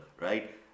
right